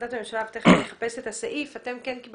בהחלטת הממשלה ותכף נחפש את הסעיף אתם כן קיבלתם